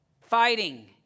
fighting